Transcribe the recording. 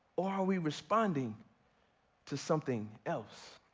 or are we responding to something else?